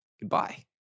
goodbye